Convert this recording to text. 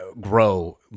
grow